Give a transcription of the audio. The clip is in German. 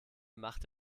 macht